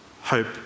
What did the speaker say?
hope